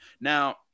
Now